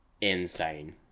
insane